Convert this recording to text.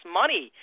money